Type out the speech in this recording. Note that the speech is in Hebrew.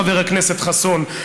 חבר הכנסת חסון,